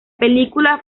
película